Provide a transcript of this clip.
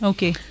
Okay